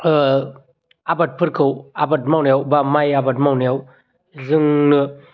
ओ आबादफोरखौ आबाद मावनायाव बा माइ आबाद मावनायाव जोंनो